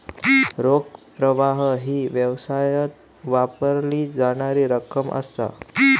रोख प्रवाह ही व्यवसायात वापरली जाणारी रक्कम असा